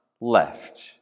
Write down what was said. left